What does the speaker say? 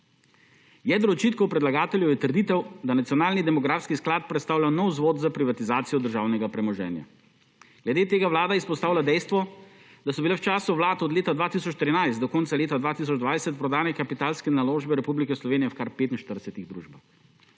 Jedro očitkov predlagateljev je trditev, da nacionalni demografski sklad predstavlja nov vzvod za privatizacijo državnega premoženja. Glede tega Vlada izpostavlja dejstvo, da so bile v času vlad od leta 2013 do konca leta 2020 prodane kapitalske naložbe Republike Slovenije v kar 45-ih družbah.